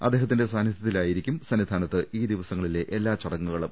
അദ്ദേഹത്തിന്റെ സാന്നിധ്യ ത്തിലായിരിക്കും സന്നിധാനത്ത് ഈ ദിവസങ്ങളിലെ എല്ലാ ചടങ്ങുകളും